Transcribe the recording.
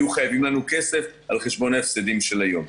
חייבים לנו כסף על חשבון ההפסדים של היום.